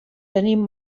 tenim